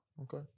Okay